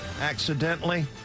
accidentally